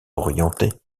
orientées